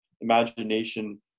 imagination